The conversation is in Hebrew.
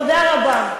תודה רבה.